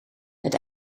het